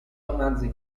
romanzi